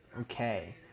Okay